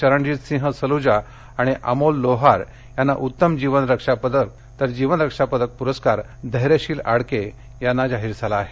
चरणजितसिंह सलुजा आणि अमोल लोहार यांना उत्तम जीवन रक्षा पदक तर जीवन रक्षा पदक प्रस्कार धैर्यशील आडके यांना जाहीर झाला आहे